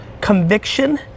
Conviction